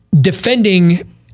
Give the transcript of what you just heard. defending